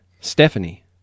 Stephanie